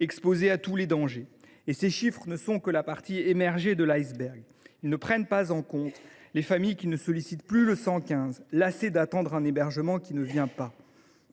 exposés à tous les dangers. Ces chiffres ne sont que la partie émergée de l’iceberg. Ils ne prennent pas en compte les familles qui ne sollicitent plus le 115, lassées d’attendre un hébergement qui ne vient pas.